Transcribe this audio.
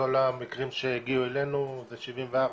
כל המקרים שהגיעו אלינו הם 74,